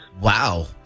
Wow